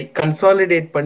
consolidate